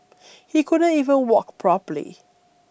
he couldn't even walk properly